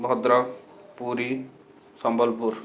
Bhadrak Puri Sambalpur